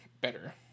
Better